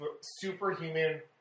Superhuman